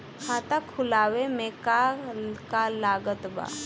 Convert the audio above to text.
खाता खुलावे मे का का लागत बा?